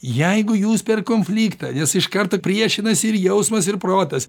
jeigu jūs per konfliktą nes iš karto priešinasi ir jausmas ir protas